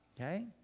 okay